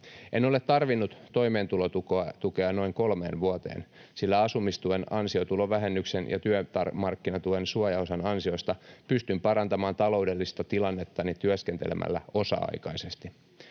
En ole tarvinnut toimeentulotukea noin kolmeen vuoteen, sillä asumistuen ansiotulovähennyksen ja työmarkkinatuen suojaosan ansiosta pystyn parantamaan taloudellista tilannettani työskentelemällä osa-aikaisesti.